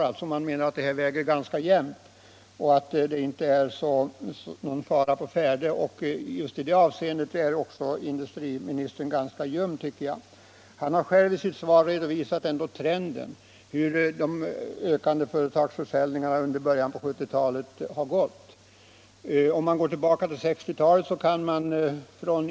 Industriministern menar att det väger ganska jämnt mellan nyetablering och nedläggning, och det skulle således inte vara någon fara å färde. I det avseendet är industriministern ganska ljum. Han har själv i sitt svar redovisat trenden för företagsförsäljningarna i början på 1970-talet och den är stigande. Om man går tillbaka till 1960-talet kan man finna andra exempel.